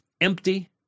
empty